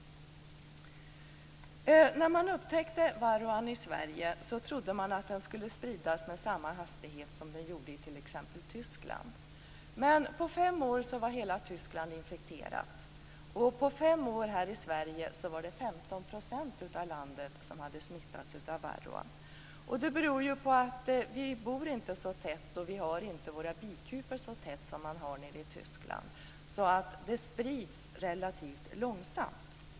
När man upptäckte varroan i Sverige, trodde man att den skulle spridas med samma hastighet som den gjorde i t.ex. Tyskland. Men på fem år var hela Tyskland infekterat, och på fem år här i Sverige var det 15 % av landet som hade smittats av varroa. Det beror ju på att vi inte bor så tätt och inte har våra bikupor så tätt som man har nere i Tyskland. Det sprids därför relativt långsamt.